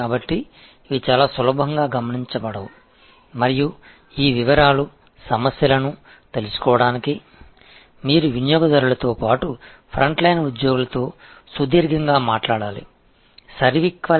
எனவே இவை மிக எளிதாகக் கவனிக்கப்படுவதில்லை மேலும் இந்த விவரங்கள் சிக்கல்களைக் கண்டறிய நீங்கள் கஸ்டமர்களுடனும் முன் வரிசை ஊழியர்களுடனும் நீண்ட நேரம் பேச வேண்டும்